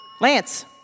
Lance